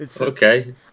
Okay